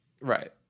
right